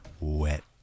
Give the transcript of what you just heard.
Wet